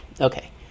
Okay